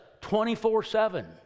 24-7